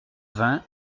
vingt